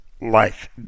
life